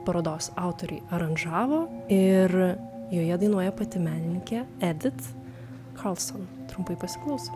parodos autoriai aranžavo ir joje dainuoja pati menininkė edit karlson trumpai pasiklausom